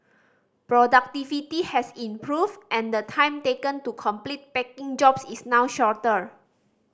productivity has improved and the time taken to complete packing jobs is now shorter